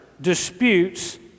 disputes